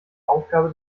aufgabe